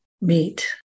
meet